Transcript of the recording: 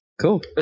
Cool